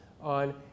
on